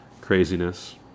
craziness